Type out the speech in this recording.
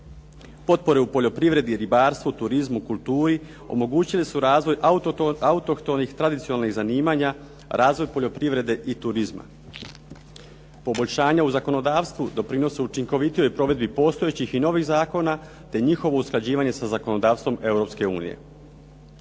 Potpore u poljoprivredi, ribarstvu, turizmu, kulturi omogućili su razvoj autohtonih tradicionalnih zanimanja, razvoj poljoprivrede i turizma. Poboljšanja u zakonodavstvu doprinose učinkovitijoj provedbi postojećih i novih zakona, te njihovo usklađivanje sa zakonodavstvom